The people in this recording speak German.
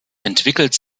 entwickelt